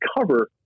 cover